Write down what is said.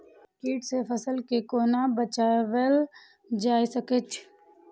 कीट से फसल के कोना बचावल जाय सकैछ?